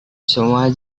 semua